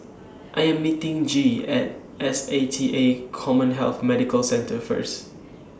I Am meeting Gee At S A T A Commhealth Medical Centre First